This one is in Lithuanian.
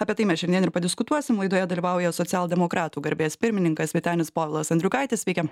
apie tai mes šiandien ir padiskutuosim laidoje dalyvauja socialdemokratų garbės pirmininkas vytenis povilas andriukaitis sveiki